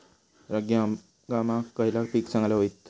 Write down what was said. रब्बी हंगामाक खयला पीक चांगला होईत?